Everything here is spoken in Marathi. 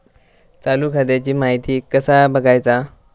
चालू खात्याची माहिती कसा बगायचा?